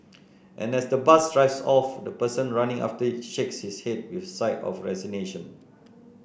and as the bus drives off the person running after it shakes his head with a sigh of resignation